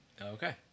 Okay